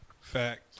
Fact